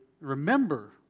remember